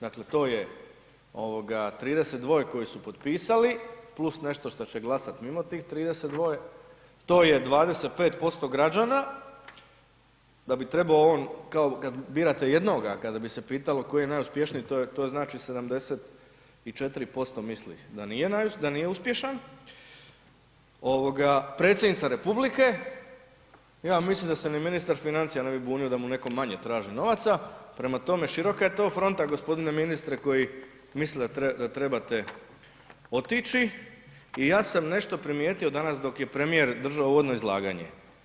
Dakle to je 32 koji su potpisali plus nešto što će glasati mimo tih 32, to je 25% građana da bi trebao on, kao kad birate jednoga, kada bi se pitalo tko je najuspješniji, to znači 74% misli da nije uspješan, predsjednica republike, ja mislim da se ni ministar financija ne bi bunio da mu netko manje traži novaca, prema tome, široka je to fronta, g. ministre koji misle da trebate otići i ja sam nešto primijetio danas dok je premijer držao uvodno izlaganje.